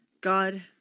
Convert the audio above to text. God